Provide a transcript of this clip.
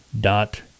dot